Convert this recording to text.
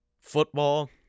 football